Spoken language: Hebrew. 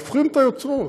הופכים את היוצרות.